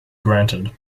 granted